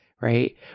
right